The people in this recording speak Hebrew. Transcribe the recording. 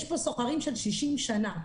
יש פה סוחרים של 60 שנה.